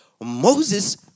Moses